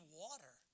water